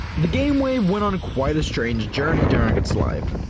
the game wave went on quite a strange journey during its life.